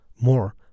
more